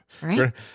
Right